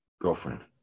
girlfriend